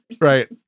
right